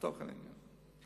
לתוכן העניין.